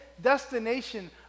destination